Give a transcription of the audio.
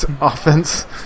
offense